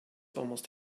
almost